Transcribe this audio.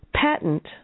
Patent